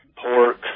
pork